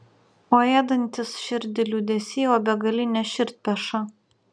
o ėdantis širdį liūdesy o begaline širdperša